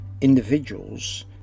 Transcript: individuals